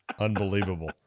Unbelievable